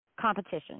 competition